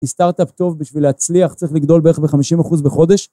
סטארט-אפ טוב, בשביל להצליח צריך לגדול בערך ב-50% בחודש.